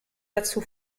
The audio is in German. dazu